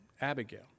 Abigail